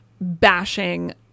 bashing